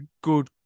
good